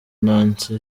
nancy